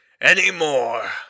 anymore